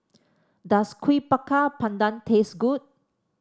does Kuih Bakar Pandan taste good